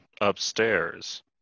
upstairs